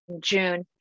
June